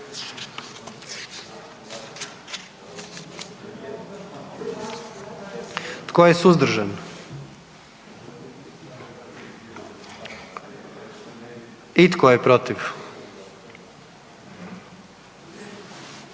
Tko je suzdržan? I tko je protiv?